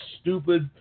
stupid